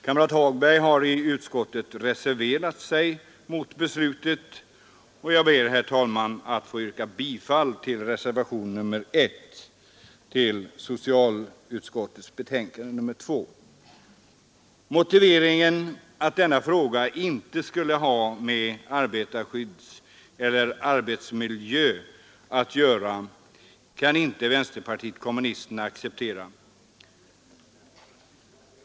Kamrat Hagberg har i utskottet reserverat sig mot beslutet, och jag ber, herr talman, att få yrka bifall till reservationen 1 till socialutskottets betänkande nr 2. Motiveringen att denna fråga inte skulle ha med arbetsmiljö att göra kan vänsterpartiet kommunisterna inte acceptera.